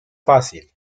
fácil